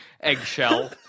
eggshell